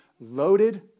loaded